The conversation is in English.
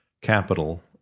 capital